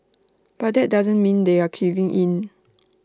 but that doesn't mean they're caving in